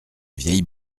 vieille